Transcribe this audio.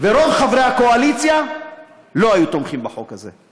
ורוב חברי הקואליציה לא היו תומכים בחוק הזה.